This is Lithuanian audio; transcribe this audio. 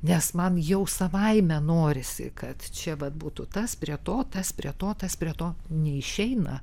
nes man jau savaime norisi kad čia va būtų tas prie to tas prie to tas prie to neišeina